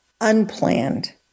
unplanned